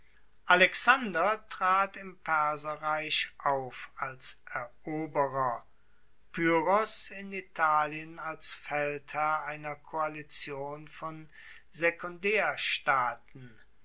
alexander trat im perserreich auf als eroberer pyrrhos in italien als feldherr einer koalition von